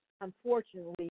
unfortunately